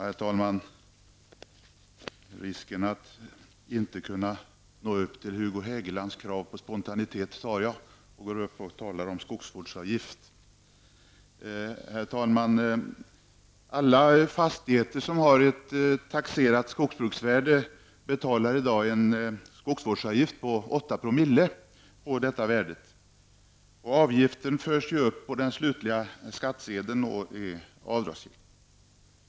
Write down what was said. Herr talman! Risken att inte kunna nå upp till Hugo Hegelands krav på spontanitet tar jag, när jag nu går upp och talar om skogsvårdsavgift. Alla fastigheter som har ett taxerat skogsbruksvärde betalar i dag en skogsvårdsavgift på 8 " på detta värde. Avgiften förs upp på den slutliga skattsedeln och är avdragsgill.